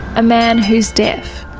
a man who is deaf.